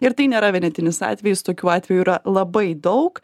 ir tai nėra vienetinis atvejis tokių atvejų yra labai daug